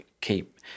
keep